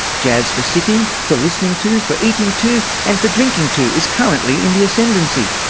jazz for sitting, for listening to, for eating to and for drinking to is currently in the ascendancy.